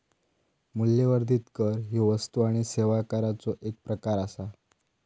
मूल्यवर्धित कर ह्यो वस्तू आणि सेवा कराचो एक प्रकार आसा